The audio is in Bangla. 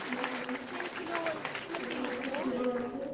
সেখানে সেখানে একটা ছেলে আছে